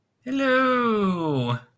Hello